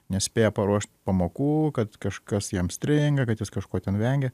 nespėja paruošt pamokų kad kažkas jam stringa kad jis kažko ten vengia